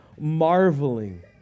marveling